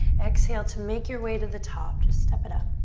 exhale to make your way to the top. just step it up.